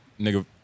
nigga